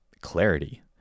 clarity